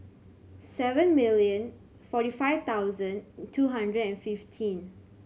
seven million forty five thousand two hundred and fifteen